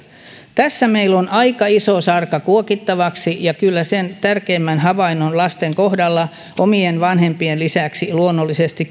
tässä meillä on aika iso sarka kuokittavaksi ja kyllä sen tärkeimmän havainnon kykenee lasten kohdalla omien vanhempien lisäksi luonnollisesti